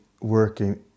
working